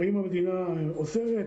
האם המדינה עוזרת,